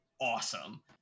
awesome